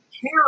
care